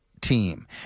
team